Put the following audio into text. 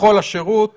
יכול השירות